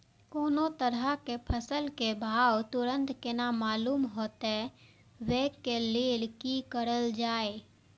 कोनो तरह के फसल के भाव तुरंत केना मालूम होते, वे के लेल की करल जाय?